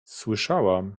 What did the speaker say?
słyszałam